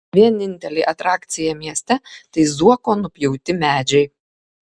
vienintelė atrakcija mieste tai zuoko nupjauti medžiai